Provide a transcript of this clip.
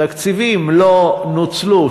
שתקציבים לא נוצלו,